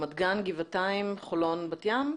רמת גן, גבעתיים, חולון, בת ים?